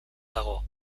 dago